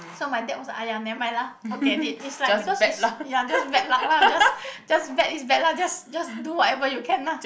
so my dad was !aiya! never mind lah forget it it's like because it's ya just bad luck lah just just bad it's bad luck just just do whatever you can lah